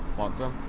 want some?